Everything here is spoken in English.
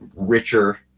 richer